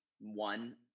one